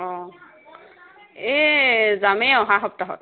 অঁ এই যামেই অহা সপ্তাহত